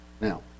now